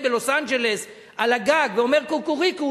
בלוס-אנג'לס על הגג ואומר קו-קו-רי-קו,